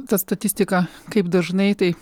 ta statistika kaip dažnai tai